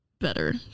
better